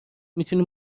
میتونی